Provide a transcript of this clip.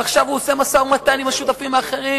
ועכשיו הוא עושה משא-ומתן עם השותפים האחרים,